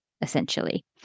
essentially